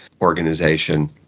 organization